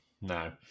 No